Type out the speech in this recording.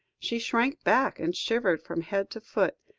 she shrank back and shivered from head to foot,